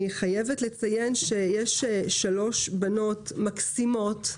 אני חייבת לציין שיש שלוש בנות מקסימות,